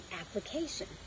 application